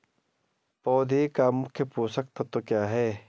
पौधें का मुख्य पोषक तत्व क्या है?